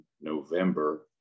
November